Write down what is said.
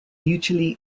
mutually